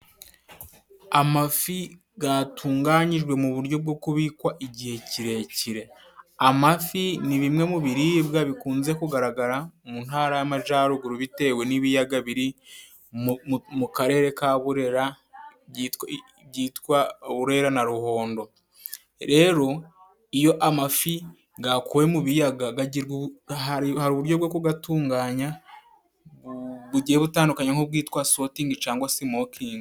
Amafi gatunganyijwe mu buryo bwo kubikwa igihe kirekire. Amafi ni bimwe mu biribwa bikunze kugaragara mu ntara y'Amajyaruguru, bitewe n'ibiyaga biri mu karere ka Burera byitwa byitwa Burera na Ruhondo. Rero iyo amafi gakuwe mu biyaga hari uburyo bwo kugatunganya bugiye butandukanye nk'ubwitwa sotingi cangwa semokingi.